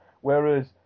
Whereas